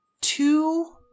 two